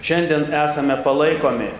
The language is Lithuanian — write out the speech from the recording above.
šiandien esame palaikomi